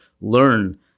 learn